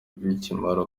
bikimara